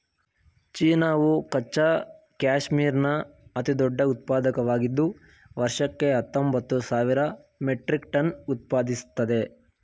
ಚೀನಾವು ಕಚ್ಚಾ ಕ್ಯಾಶ್ಮೀರ್ನ ಅತಿದೊಡ್ಡ ಉತ್ಪಾದಕವಾಗಿದ್ದು ವರ್ಷಕ್ಕೆ ಹತ್ತೊಂಬತ್ತು ಸಾವಿರ ಮೆಟ್ರಿಕ್ ಟನ್ ಉತ್ಪಾದಿಸ್ತದೆ